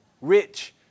Rich